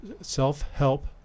self-help